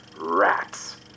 rats